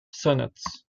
sonnets